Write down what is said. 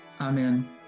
Amen